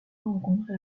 rencontrer